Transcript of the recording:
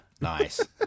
nice